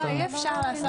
לא, אי אפשר לעשות את זה.